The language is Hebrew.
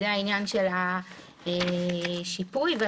סעיף קטן (ה) מדבר על שיפוי של המוסד לביטוח לאומי,